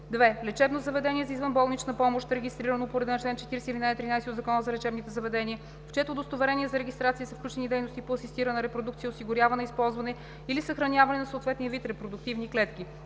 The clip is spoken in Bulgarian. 2. лечебно заведение за извънболнична помощ, регистрирано по реда на чл. 40, ал. 13 от Закона за лечебните заведения, в чието удостоверение за регистрация са включени дейности по асистирана репродукция, осигуряване, използване или съхраняване на съответния вид репродуктивни клетки;